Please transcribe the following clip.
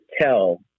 tell